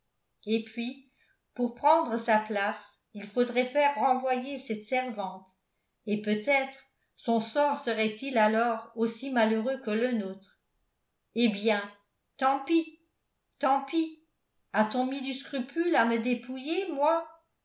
et puis pour prendre sa place il faudrait faire renvoyer cette servante et peut-être son sort serait-il alors aussi malheureux que le nôtre eh bien tant pis tant pis a-t-on mis du scrupule à me dépouiller moi